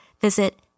visit